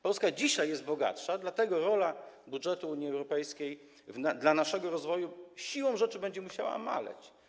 Polska dzisiaj staje się bogatsza, dlatego rola budżetu Unii Europejskiej dla jej rozwoju siłą rzeczy będzie musiała maleć.